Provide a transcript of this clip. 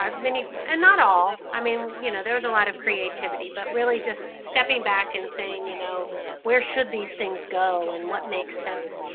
um many and not all. i mean you know there's a lot of creativity, but really just stepping back and saying, you know where should these things go and what makes sense